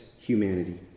humanity